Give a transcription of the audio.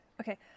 okay